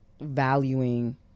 valuing